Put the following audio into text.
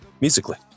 musically